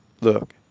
look